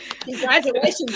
Congratulations